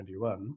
2021